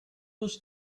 was